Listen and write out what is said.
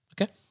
Okay